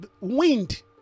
wind